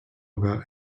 about